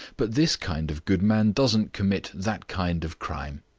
but this kind of good man doesn't commit that kind of crime.